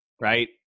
Right